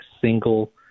single